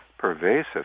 pervasive